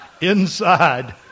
inside